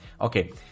Okay